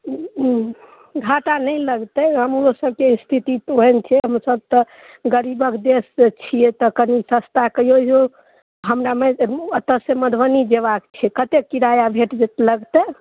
हूँ हूँ घाटा नहि लगतै हमरो सबके स्थिति तऽ ओहन छै हमसब तऽ गरीबक देशके छियै तऽ कनी सस्ता कहियो यौ हमरा मै अतऽ से मधुबनी जयबाक छै कतेक किराआ भेट जे लगतै